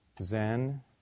Zen